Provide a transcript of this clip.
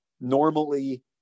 normally